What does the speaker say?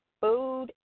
food